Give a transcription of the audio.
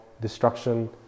destruction